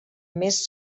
més